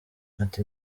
ati